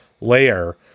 layer